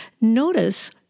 Notice